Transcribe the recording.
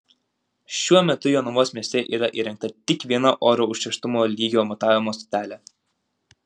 šiuo metu jonavos mieste yra įrengta tik viena oro užterštumo lygio matavimo stotelė